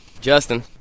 Justin